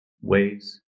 ways